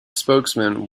spokesman